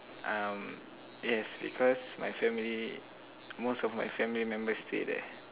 um yes because my family most of my family members stay there